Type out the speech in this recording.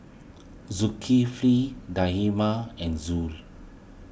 Zulkifli and Zul